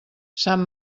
sant